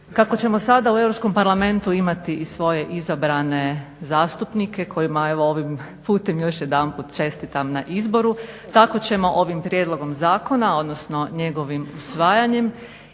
Kako ćemo sada u Europskom parlamentu imati i svoje izabrane zastupnike kojima evo ovim putem još jedanput čestitam na izboru tako ćemo ovim prijedlogom zakona, odnosno njegovim usvajanjem